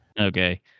Okay